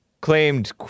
Claimed